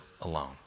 alone